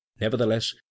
Nevertheless